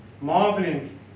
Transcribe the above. marveling